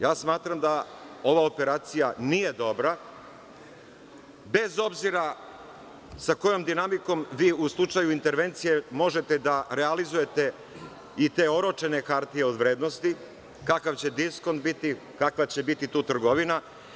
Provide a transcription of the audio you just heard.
Ja smatram da ova operacija nije dobra, bez obzira sa kojom dinamikom vi u slučaju intervencije možete da realizujete i te oročene hartije od vrednosti, kakav će diskont biti, kakva će biti tu trgovina.